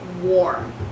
warm